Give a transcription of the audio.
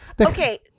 Okay